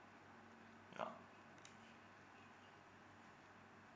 oh